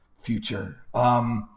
future